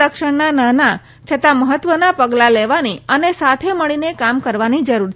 રક્ષણના નાના છતાં મહત્વના પગલાં લેવાની અને સાથે મળીને કામ કરવાની જરૂર છે